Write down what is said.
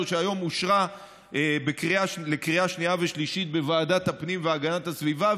שהיום אושרה לקריאה שנייה ושלישית בוועדת הפנים והגנת הסביבה,